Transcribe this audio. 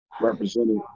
represented